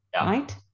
right